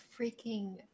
freaking